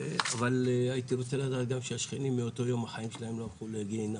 אבל הייתי רוצה לדעת גם שהשכנים מאותו יום החיים שלהם לא הלכו לגיהנום.